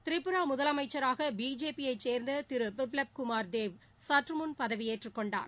திரிபுரா முதலமைச்சராக பிஜேபி யைச் சே்ந்த திரு பிப்லப் குமார் டேவ் சற்று முன் பதவியேற்றுக் கொண்டார்